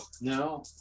No